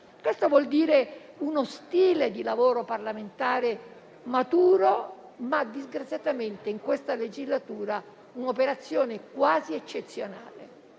Questo vuol dire uno stile di lavoro parlamentare maturo, ma disgraziatamente in questa legislatura è un'operazione quasi eccezionale,